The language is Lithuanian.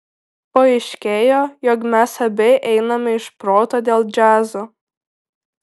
paaiškėjo jog mes abi einame iš proto dėl džiazo